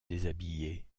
déshabiller